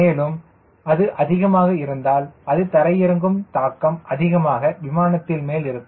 மேலும் அது அதிகமாக இருந்தால் அது தரையிறங்கும் தாக்கம் அதிகமாக விமானத்தின் மேல் இருக்கும்